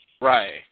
Right